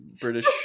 British